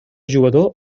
jugador